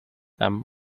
them